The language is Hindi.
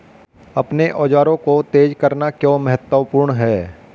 अपने औजारों को तेज करना क्यों महत्वपूर्ण है?